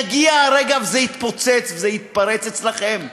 יגיע הרגע שזה יתפוצץ וזה יתפרץ אצלכם.